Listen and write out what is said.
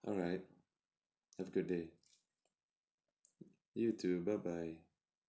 alright have a good day you too bye bye